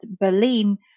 Berlin